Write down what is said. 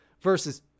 versus